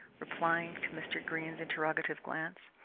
replying to mr. greene's interrogative glance.